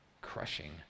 crushing